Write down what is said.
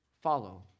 Follow